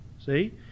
See